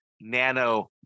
nano